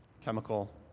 Chemical